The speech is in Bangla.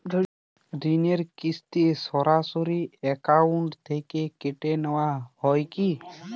ঋণের কিস্তি সরাসরি অ্যাকাউন্ট থেকে কেটে নেওয়া হয় কি?